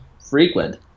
frequent